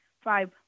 Five